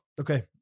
Okay